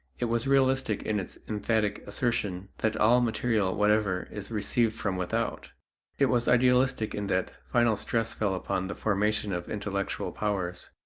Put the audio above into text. it was realistic in its emphatic assertion that all material whatever is received from without it was idealistic in that final stress fell upon the formation of intellectual powers.